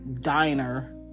diner